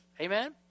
Amen